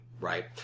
right